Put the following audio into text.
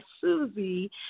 Susie